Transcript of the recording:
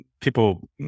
people